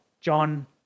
John